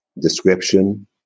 description